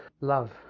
love